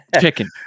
Chicken